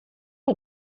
not